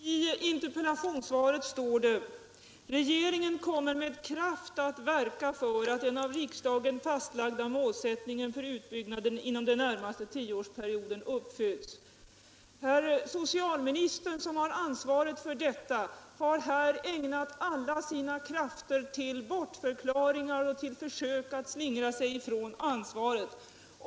Herr talman! I svaret står det: ”Regeringen kommer med kraft att verka för att den av riksdagen fastlagda målsättningen för utbyggnaden inom den närmaste tioårsperioden uppfylls.” Socialministern, som har ansvaret för dessa frågor, har här ägnat alla sina krafter åt bortförklaringar och försökt slingra sig ifrån ansvaret.